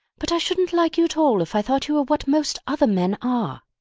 but i shouldn't like you at all if i thought you were what most other men are.